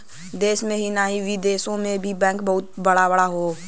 देश में ही नाही बिदेशो मे बैंक बहुते बड़ा बड़ा हौ